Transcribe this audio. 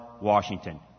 Washington